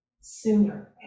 sooner